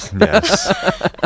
yes